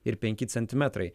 ir penki centimetrai